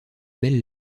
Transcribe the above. belles